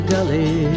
Gully